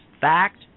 fact